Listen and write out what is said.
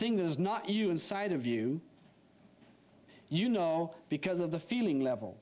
that is not you inside of you you know because of the feeling level